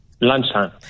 Lunchtime